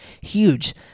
huge